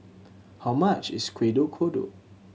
how much is kuih kodok